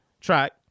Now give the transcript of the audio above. track